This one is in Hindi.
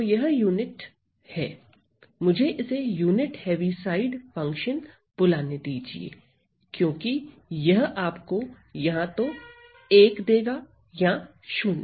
तो यह यूनिट है मुझे इसे यूनिट हैवी साइड फंक्शन बुलाने दीजिए क्योंकि यह आपको या तो 1 देगा या 0